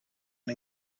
and